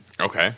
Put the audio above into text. Okay